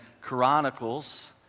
Chronicles